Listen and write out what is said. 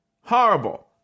horrible